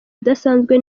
idasanzwe